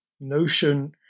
notion